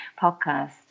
podcast